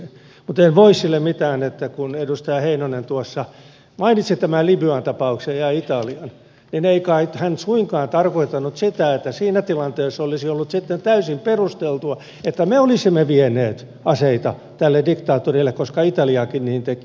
mutta en voi sille mitään että kun edustaja heinonen tuossa mainitsi tämän libyan tapauksen ja italian niin ei kai hän suinkaan tarkoittanut sitä että siinä tilanteessa olisi ollut sitten täysin perusteltua että me olisimme vieneet aseita tälle diktaattorille koska italiakin niin teki